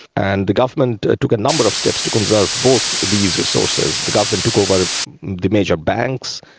and the government took a number of steps to conserve both these resources. the government took over the major banks,